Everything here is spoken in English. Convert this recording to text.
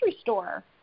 store